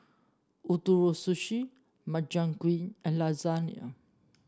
Ootoro Sushi Makchang Gui and Lasagna